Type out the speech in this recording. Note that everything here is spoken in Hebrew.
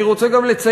אני גם רוצה לציין,